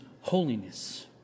holiness